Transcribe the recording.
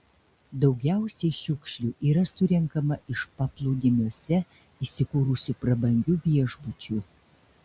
daugiausiai šiukšlių yra surenkama iš paplūdimiuose įsikūrusių prabangių viešbučių